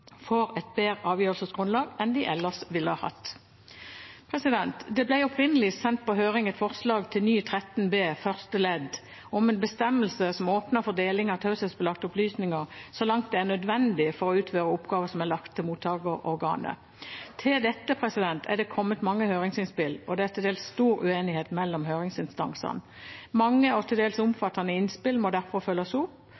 får et bedre avgjørelsesgrunnlag enn de ellers ville hatt. Det ble opprinnelig sendt på høring et forslag til ny § 13 b første ledd om en bestemmelse som åpner for deling av taushetsbelagte opplysninger så langt det er nødvendig for å utføre oppgaver som er lagt til mottakerorganet. Til dette er det kommet mange høringsinnspill, og det er til dels stor uenighet mellom høringsinstansene. Mange og til dels